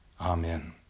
amen